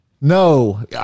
No